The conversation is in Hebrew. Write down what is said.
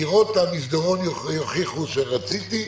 קירות המסדרון יוכיחו שרציתי.